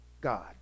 God